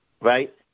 right